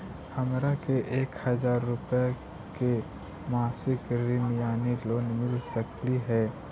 हमरा के एक हजार रुपया के मासिक ऋण यानी लोन मिल सकली हे?